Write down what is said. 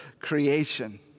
creation